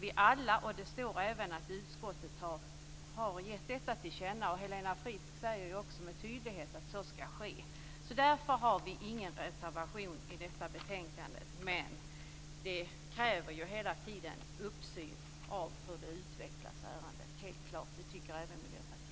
Det har både tillkännagetts av utskottet och med tydlighet framhållits av Helena Frisk. Vi har alltså inte avgett någon reservation vid detta betänkande, men det krävs helt klart hela tiden en uppföljning av hur ärendet utvecklas, och det tycker även Miljöpartiet.